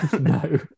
No